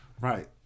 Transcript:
Right